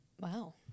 Wow